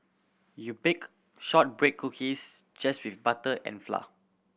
you bake shortbread cookies just with butter and flour